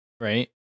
right